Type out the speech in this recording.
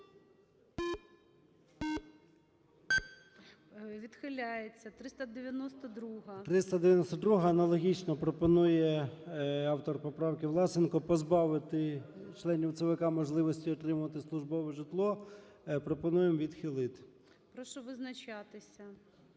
ЧЕРНЕНКО О.М. 392-а. Аналогічно пропонує автор поправки Власенко позбавити членів ЦВК можливості отримувати службове житло. Пропонуємо відхилити. ГОЛОВУЮЧИЙ. Прошу визначатися.